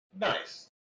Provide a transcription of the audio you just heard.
Nice